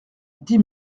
dix